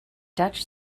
dutch